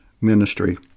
ministry